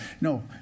no